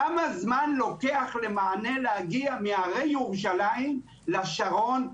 כמה זמן לוקח למענה להגיע מהרי ירושלים לשרון,